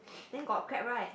then got crab right